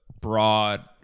broad